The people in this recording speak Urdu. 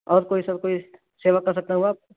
اور کوئی سر کوئی سیوا کر سکتا ہوں آپ